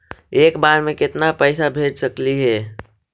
एक बार मे केतना पैसा भेज सकली हे?